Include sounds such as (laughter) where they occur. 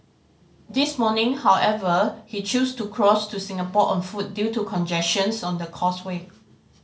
this morning however he choose to cross to Singapore on foot due to congestion (unintelligible) on the causeway